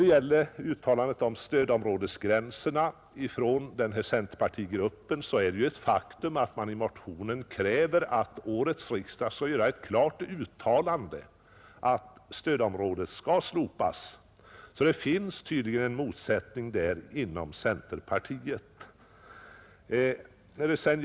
Vad beträffar uttalandet från centerpartigruppen om stödområdesgränserna vill jag påpeka att det är ett faktum att man i motionen kräver att årets riksdag skall göra ett klart uttalande om att gränserna för stödområdet skall slopas. Det finns tydligen en motsättning inom centerpartiet i fråga om detta.